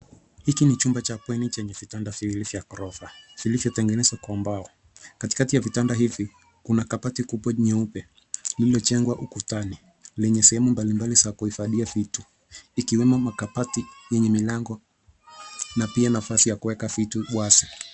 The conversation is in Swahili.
Hiki ni chumba cha bweni chenye vitanda viwili vya ghorofa vilivyotengenezwa kwa mbao. Katikati ya vitanda hivi kuna kabati kubwa nyeupe iliyojengwa ukutani lenye sehemu mbalimbali la kuhifadhia vitu ikiwemo kabati yenye milango na pia sehemu ya kuweka vitu wazi.